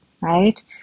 right